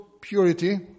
purity